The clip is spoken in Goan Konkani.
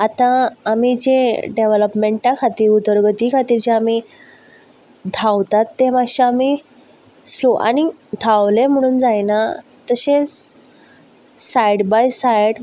आतां आमी जें डेवलोपमेंटा खातीर उदरगती खातीर आमी जें आतां धांवतात तें मातशें आमी स्लो आनी धांवलें म्हणून जायना तशेंच सायड बाय सायड